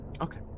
Okay